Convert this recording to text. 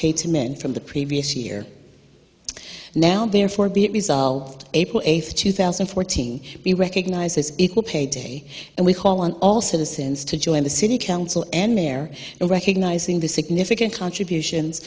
paid to men from the previous year now therefore be it resolved april eighth two thousand and fourteen be recognized as equal pay day and we call on all citizens to join the city council and they're recognizing the significant contribution